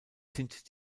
sind